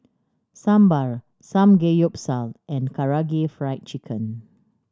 Sambar Samgeyopsal and Karaage Fried Chicken